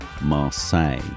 Marseille